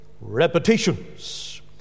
repetitions